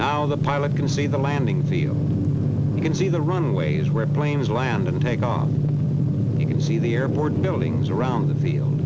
now the pilot can see the landing field you can see the runways where planes land and take off you can see the airport buildings around the field